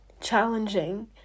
challenging